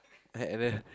I haven't